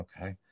okay